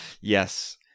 Yes